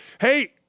Hey